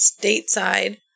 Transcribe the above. stateside